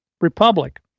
Republic